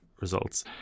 results